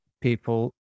people